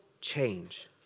change